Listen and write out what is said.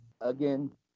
Again